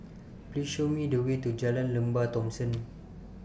Please Show Me The Way to Jalan Lembah Thomson